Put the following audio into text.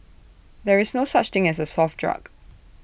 there is no such thing as A soft drug